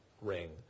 ring